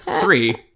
three